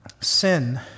sin